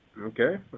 Okay